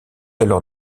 alors